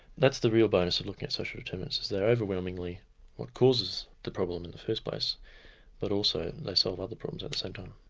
that's the real bonus of looking at social determinants, they are overwhelmingly what causes the problem in the first place but also they solve other problems at the same time.